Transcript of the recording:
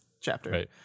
chapter